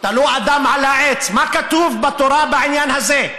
תלו אדם על העץ, מה כתוב בתורה בעניין הזה?